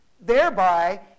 thereby